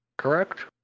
correct